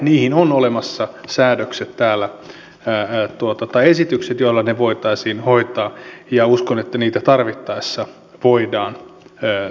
niihin on olemassa täällä esitykset joilla ne voitaisiin hoitaa ja uskon että niitä tarvittaessa voidaan tarkentaa